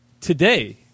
today